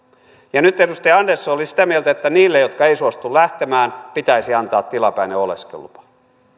ja nyt edustaja andersson oli sitä mieltä että niille jotka eivät suostu lähtemään pitäisi antaa tilapäinen oleskelulupa